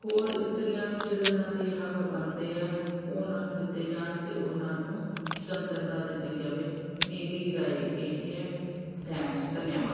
ਹੋਰ ਇਸਤਰੀਆਂ ਨੂੰ ਜਿਹੜੇ ਉਹਨਾਂ ਦੇ ਹੱਕ ਬਣਦੇ ਆ ਉਹਨਾਂ ਨੂੰ ਦਿੱਤੇ ਜਾਣ ਅਤੇ ਉਹਨਾਂ ਨੂੰ ਸੁਤੰਤਰਤਾ ਦਿੱਤੀ ਜਾਵੇ ਮੇਰੀ ਰਾਏ ਇਹੀ ਹੈ ਥੈਂਕਸ ਧੰਨਵਾਦ